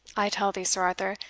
i tell thee, sir arthur,